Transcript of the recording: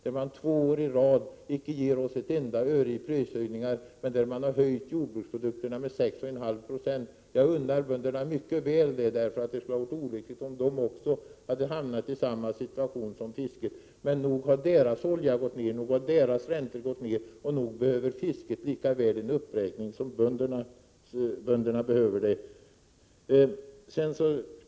Under två år i rad har man inte gett oss ett enda öre i prishöjningar, medan priserna på jordbruksprodukter har höjts med 6 1/2 Jo. Jag unnar bönderna detta mycket väl, eftersom det skulle vara olyckligt om också de hade hamnat i samma situation som fisket, men nog har priset på deras olja och deras räntor gått ner, och nog behöver fisket en uppräkning lika väl som bönderna behöver det.